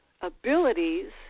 abilities